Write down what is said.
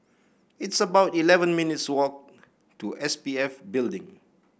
it's about eleven minutes' walk to S P F Building